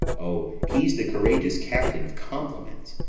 o, he's the courageous captain of compliments.